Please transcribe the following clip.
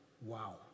wow